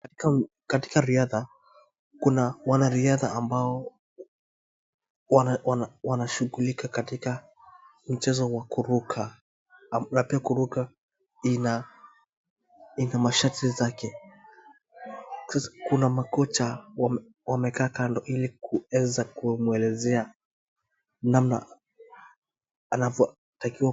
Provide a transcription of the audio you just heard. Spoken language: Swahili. Katika riadha kuna wanariadha ambao wanashughulika katika mchezo wa kuruka, na pia kuruka ina masharti zake kuna makosha wamekaa kando yaani kuweza kumwelezea namna anavotakiwa.